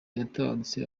yatabarutse